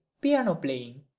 piano-playing